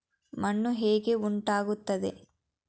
ಮಣ್ಣು ಹೇಗೆ ಉಂಟಾಗುತ್ತದೆ?